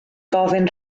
gofyn